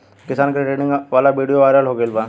किसान के ट्रेनिंग वाला विडीओ वायरल हो गईल बा